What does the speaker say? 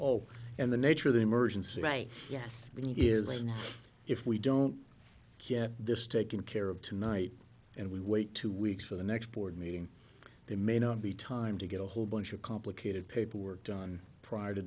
all and the nature of the emergency right yes we need is you know if we don't get this taken care of tonight and we wait two weeks for the next board meeting they may not be time to get a whole bunch of complicated paperwork done prior to